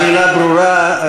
השאלה ברורה.